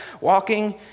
Walking